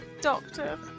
doctor